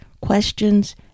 questions